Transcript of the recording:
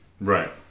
right